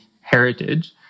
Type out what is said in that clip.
heritage